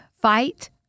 fight